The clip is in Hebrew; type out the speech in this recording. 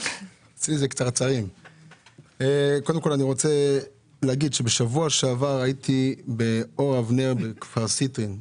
קודם כל אני רוצה להגיד שבשבוע שעבר הייתי באור אבנר בכפר סירקין.